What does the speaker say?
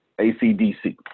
ACDC